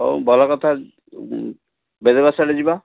ହଉ ଭଲ କଥା ବେଦବ୍ୟାସ ଆଡ଼େ ଯିବା